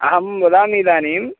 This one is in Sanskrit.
अहं वदामि इदानीं